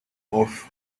off